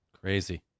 crazy